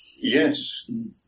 Yes